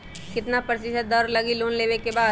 कितना प्रतिशत दर लगी लोन लेबे के बाद?